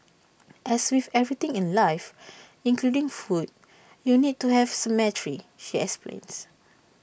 as with everything in life including food you need to have symmetry she explains